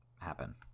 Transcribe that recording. happen